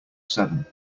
seven